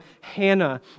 Hannah